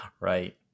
Right